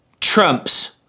trumps